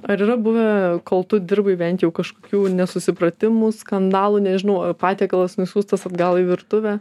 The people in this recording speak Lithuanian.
ar yra buvę kol tu dirbai bent jau kažkokių nesusipratimų skandalų nežinau patiekalas nusiųstas atgal į virtuvę